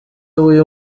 w’uyu